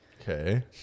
Okay